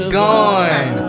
gone